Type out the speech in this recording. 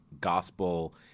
gospel